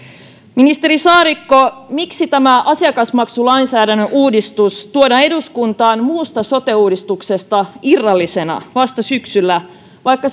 ministeri saarikko miksi tämä asiakasmaksulainsäädännön uudistus tuodaan eduskuntaan muusta sote uudistuksesta irrallisena vasta syksyllä vaikka